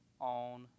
on